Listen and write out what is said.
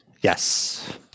Yes